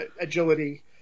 agility